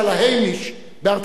האמיש בארצות-הברית,